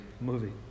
movie